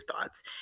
thoughts